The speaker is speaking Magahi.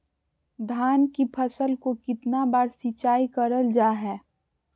धान की फ़सल को कितना बार सिंचाई करल जा हाय?